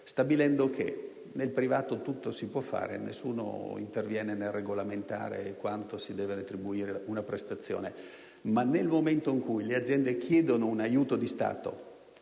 stabilendo che nel privato tutto si può fare e nessuno interviene nel regolamentare quanto si deve retribuire una prestazione. Nel momento in cui, però, le aziende chiedono un aiuto di Stato,